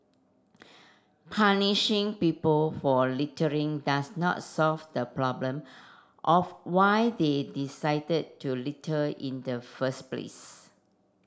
punishing people for littering does not solve the problem of why they decided to litter in the first place